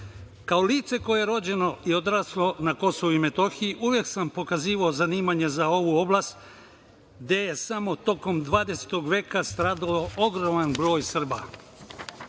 Kao lice koje je rođeno i odraslo na Kosovu i Metohiji, uvek sam pokazivao zanimanje za ovu oblast, gde je samo tokom 20. veka stradao ogroman broj Srba. Kada